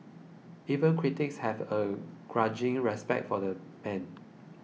even critics have a grudging respect for the man